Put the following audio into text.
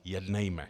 Jednejme.